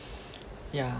yeah